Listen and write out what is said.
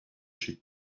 chez